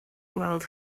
gweld